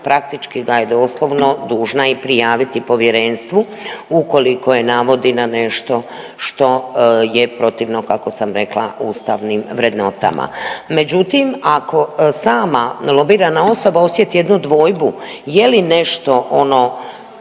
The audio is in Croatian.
praktički ga je doslovno dužna i prijaviti Povjerenstvu ukoliko je navodi na nešto što je protivno kako sam rekla ustavnim vrednotama. Međutim, ako sama lobirana osobi osjeti jednu dvojbu je li nešto ono